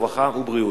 הרווחה והבריאות.